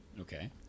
Okay